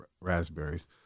raspberries